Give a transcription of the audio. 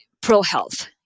pro-health